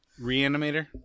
Reanimator